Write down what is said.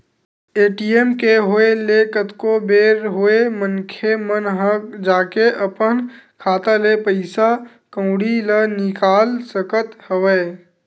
ATM के होय ले कतको बेर होय मनखे मन ह जाके अपन खाता ले पइसा कउड़ी ल निकाल सकत हवय